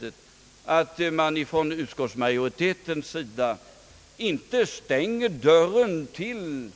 Jag har ändå uppfattat utskottsmajoritetens skrivning så, att man